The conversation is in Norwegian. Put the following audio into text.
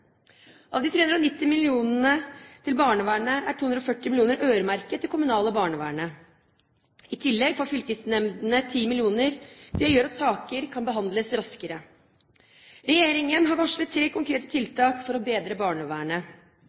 Av de 390 mill. kr til barnevernet er 240 mill. kr øremerket det kommunale barnevernet. I tillegg får fylkesnemndene 10 mill. kr. Det gjør at saker kan behandles raskere. Regjeringen har varslet tre konkrete tiltak for å bedre barnevernet: